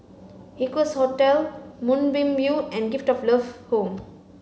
Equarius Hotel Moonbeam View and Gift of Love Home